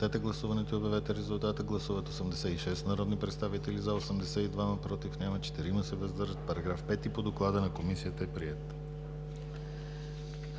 Параграф 1 по доклада на Комисията е приет.